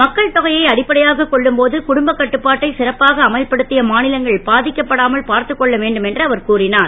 மக்கள் தொகையை அடிப்படையாக கொள்ளும் போது குடும்பக்கட்டுப்பாட்டை சிறப்பாக அமல்படுத் ய மா லங்கள் பா க்கப்படாமல் பார்த்துக் கொள்ள வேண்டும் என்று அவர் கூறினார்